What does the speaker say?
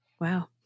Wow